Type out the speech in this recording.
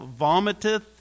vomiteth